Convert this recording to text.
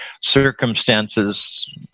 circumstances